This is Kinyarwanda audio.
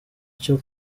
cyo